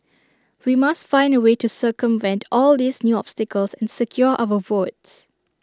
we must find A way to circumvent all these new obstacles and secure our votes